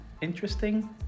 interesting